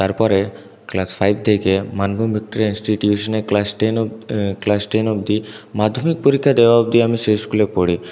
তারপরে class five থেকে Manbhum Victoria ইন্সটিটিউশনে ক্লাস টেন অব ক্লাস টেন অব্দি মাধ্যমিক পরীক্ষা দেওয়া অব্দি আমি সেই স্কুলে পড়ি